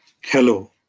Hello